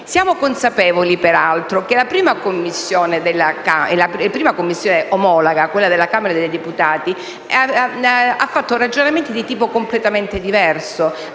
Siamo consapevoli peraltro che la 1ª Commissione omologa della Camera dei deputati ha fatto ragionamenti di tipo completamente diverso.